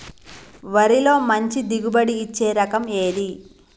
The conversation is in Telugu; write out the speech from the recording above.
వరిలో మంచి దిగుబడి ఇచ్చే రకం ఏది?